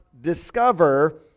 Discover